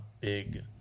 big